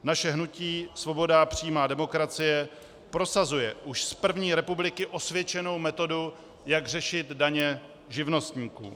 Naše hnutí Svoboda a přímá demokracie prosazuje už z první republiky osvědčenou metodu, jak řešit daně živnostníků.